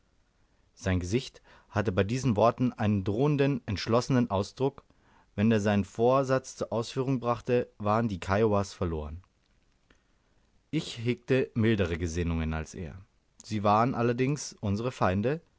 sein gesicht hatte bei diesen worten einen drohenden entschlossenen ausdruck wenn er seinen vorsatz zur ausführung brachte waren die kiowas verloren ich hegte mildere gesinnungen als er sie waren allerdings unsere feinde